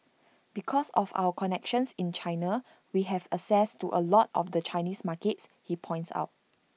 because of our connections in China we have access to A lot of the Chinese markets he points out